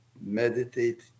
meditate